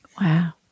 Wow